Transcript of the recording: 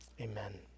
amen